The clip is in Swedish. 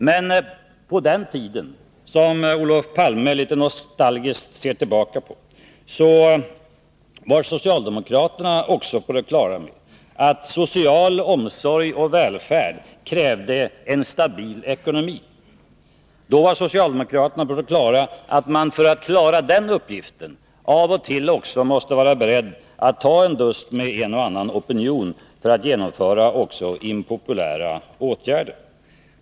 Men på den tiden var socialdemokraterna också på det klara med att social omsorg och välfärd krävde en stabil ekonomi. Då var socialdemokraterna på det klara med att man för att kunna genomföra den uppgiften av och till också måste vara beredd att ta en dust med en och annan opinion genom att vidta impopulära åtgärder.